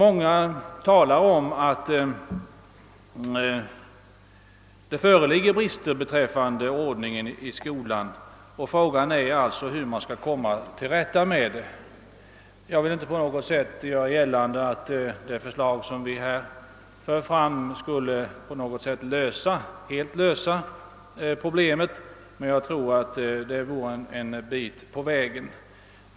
Det talas också mycket om den bristande ordningen i skolorna, och frågan är hur man skall komma till rätta med den. Jag vill inte göra gällande att vårt förslag helt kunde lösa problemet, men jag tror att det skulle föra en bit på väg.